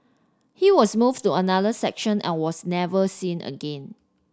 he was moved to another section and was never seen again